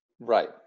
Right